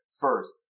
first